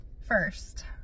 first